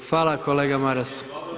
Hvala kolega Maras.